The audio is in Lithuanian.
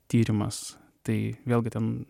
tyrimas tai vėlgi ten